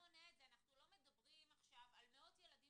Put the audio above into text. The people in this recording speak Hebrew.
אנחנו לא מדברים עכשיו על מאות ילדים